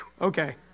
okay